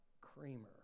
creamer